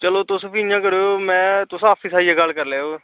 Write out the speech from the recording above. ते तुस भी इंया करो तुस ऑफिस आइयै गल्ल करी लैयो